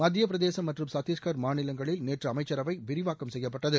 மத்திய பிரதேசம் மற்றும் சத்திஷ்கர் மாநிலங்களில் நேற்று அமைச்சரவை விரிவாக்கம் செய்யப்பட்டது